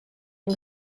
yng